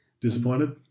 Disappointed